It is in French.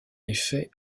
effet